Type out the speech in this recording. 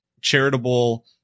charitable